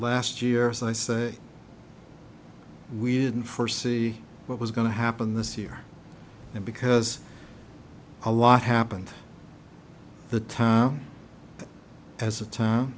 last year as i say we didn't foresee what was going to happen this year and because a lot happened the time as a time